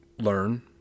learn